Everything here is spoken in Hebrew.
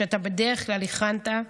שאתה בדרך כלל הכנת,